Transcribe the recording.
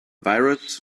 virus